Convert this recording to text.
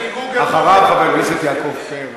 אחריו, חבר הכנסת יעקב פרי.